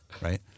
right